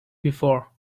before